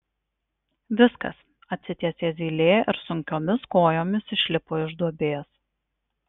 viskas atsitiesė zylė ir sunkiomis kojomis išlipo iš duobės